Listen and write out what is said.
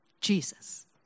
Jesus